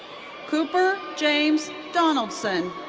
cooper james donaldson.